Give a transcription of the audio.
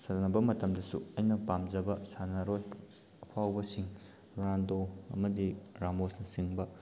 ꯁꯥꯟꯅꯕ ꯃꯇꯝꯗꯁꯨ ꯑꯩꯅ ꯄꯥꯝꯖꯕ ꯁꯥꯟꯅꯔꯣꯏ ꯑꯐꯥꯎꯕꯁꯤꯡ ꯔꯣꯅꯥꯜꯗꯣ ꯑꯃꯗꯤ ꯔꯥꯃꯣꯁꯅ ꯆꯤꯡꯕ